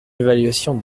évaluation